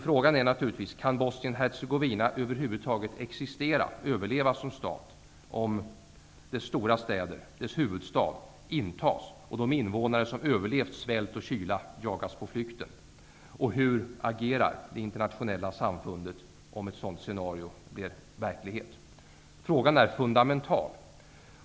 Frågan är naturligtvis: Kan Bosnien-Hercegovina över huvud taget existera, överleva som stat, om dess stora städer, dess huvudstad, intas och de invånare som överlevt svält och kyla jagas på flykten? Och hur agerar det internationella samfundet, om ett sådant scenario blir verklighet? Frågan är fundamental.